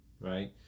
Right